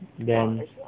than